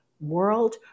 world